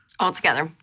all together.